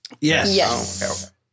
Yes